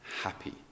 happy